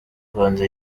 rwanda